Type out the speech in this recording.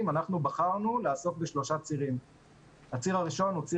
אין תשובת בית ספר ואף אחד לא מכתיב פה אבל יש מנעד